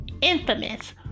infamous